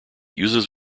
uses